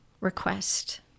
request